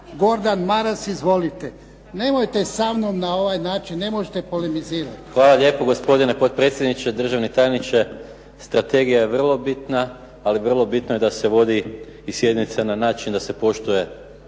Gordan Maras. Izvolite. Nemojte sa mnom na ovaj način, ne možete polemizirati. **Maras, Gordan (SDP)** Hvala lijepo gospodine potpredsjedniče. Državni tajniče. Strategija je vrlo bitna, ali vrlo je bitno da se vodi i sjednica na način da se poštuje